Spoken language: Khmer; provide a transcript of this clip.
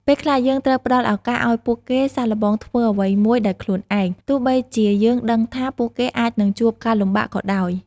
ពេលខ្លះ យើងត្រូវផ្តល់ឱកាសឲ្យពួកគេសាកល្បងធ្វើអ្វីមួយដោយខ្លួនឯង ទោះបីជាយើងដឹងថាពួកគេអាចនឹងជួបការលំបាកក៏ដោយ។